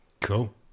Cool